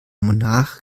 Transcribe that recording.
monarch